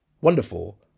wonderful